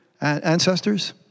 ancestors